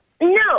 No